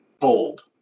bold